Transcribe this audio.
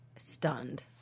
Stunned